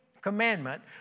commandment